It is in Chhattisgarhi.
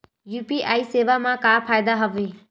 यू.पी.आई सेवा मा का फ़ायदा हवे?